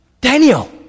Daniel